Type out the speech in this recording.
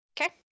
Okay